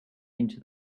into